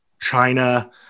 China